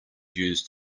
used